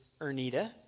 Ernita